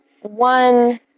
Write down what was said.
one